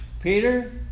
Peter